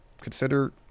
consider